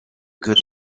good